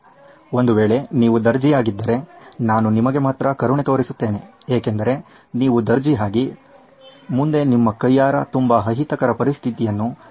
ಒಂದು ವೇಳೆ ನೀವು ದರ್ಜಿಯಾಗಿದ್ದರೆ ನಾನು ನಿಮಗೆ ಮಾತ್ರ ಕರುಣೆ ತೋರಿಸುತ್ತೇನೆ ಏಕೆಂದರೆ ನೀವು ದರ್ಜಿಯಾಗಿ ಮುಂದೆ ನಿಮ್ಮ ಕೈಯಾರ ತುಂಬಾ ಅಹಿತಕರ ಪರಿಸ್ಥಿತಿಯನ್ನು ನಿಬಾಯಿಸುತ್ತೀರಿ